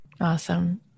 Awesome